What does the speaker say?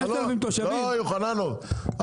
יוחננוף,